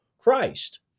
Christ